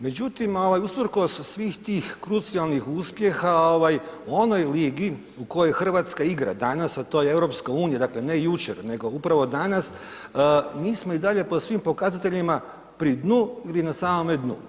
Međutim, usprkos svih tih krucijalnih uspjeha, u onoj ligi u kojoj Hrvatska igra danas, a to je EU, dakle, ne jučer, nego upravo danas, mi smo i dalje po svim pokazateljima pri dnu ili na samome dnu.